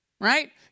right